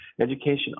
education